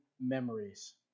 memories